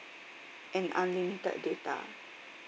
and unlimited data